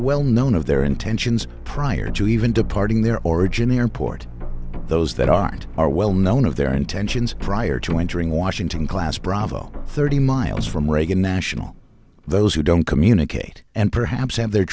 well known of their intentions prior to even departing their origin airport those that aren't are well known of their intentions prior to entering washington class bravo thirty miles from reagan national those who don't communicate and perhaps have their